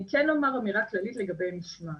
אני כן אומר אמירה כללית לגבי משמעת.